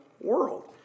world